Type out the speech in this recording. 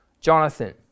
Jonathan